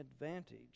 advantage